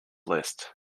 list